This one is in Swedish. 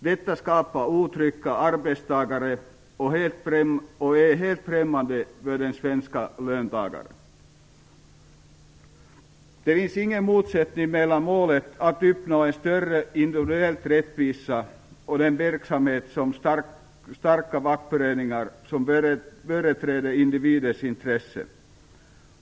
Detta skapar otrygga arbetstagare och är helt främmande för den svenska löntagaren. Det finns ingen motsättning mellan målet att uppnå en större individuell rättvisa och den verksamhet med starka fackföreningar som företräder individens intresse.